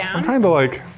i'm tryna but like,